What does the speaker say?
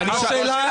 השאלה,